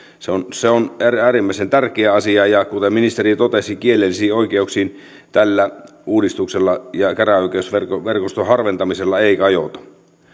on äärimmäisen tärkeä asia ja kuten ministeri totesi kielellisiin oikeuksiin tällä uudistuksella ja käräjäoikeusverkoston harventamisella ei kajota